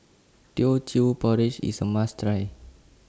Teochew Porridge IS A must Try